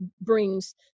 brings